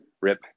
RIP